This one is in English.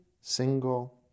single